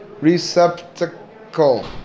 receptacle